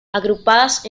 agrupadas